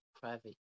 private